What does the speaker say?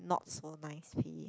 not so nice pay